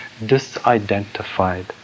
disidentified